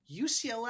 UCLA